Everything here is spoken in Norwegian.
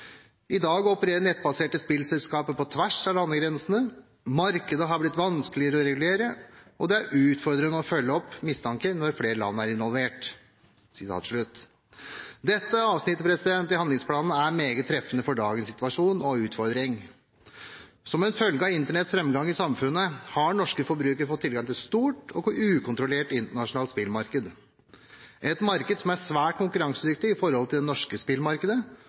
I dag opererer nettbaserte spillselskaper på tvers av landegrensene. Markedet har blitt vanskeligere å regulere, og det er utfordrende å følge opp mistanker når flere land er involvert.» Dette avsnittet i handlingsplanen er meget treffende for dagens situasjon og utfordring. Som en følge av Internetts framgang i samfunnet har norske forbrukere fått tilgang til et stort og ukontrollert internasjonalt spillmarked – et marked som er svært konkurransedyktig i forhold til det norske spillmarkedet,